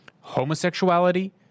homosexuality